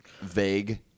vague